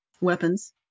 weapons